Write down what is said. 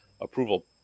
approval